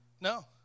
No